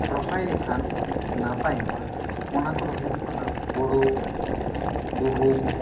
ᱨᱚᱦᱚᱭ ᱞᱮᱠᱷᱟᱱ ᱱᱟᱯᱟᱭᱚᱜᱼᱟ ᱚᱱᱟ ᱠᱚᱫᱚ ᱦᱩᱭᱩᱜ ᱠᱟᱱᱟ ᱦᱳᱲᱳ ᱜᱩᱦᱩᱢ